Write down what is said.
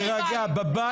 להירגע, להירגע.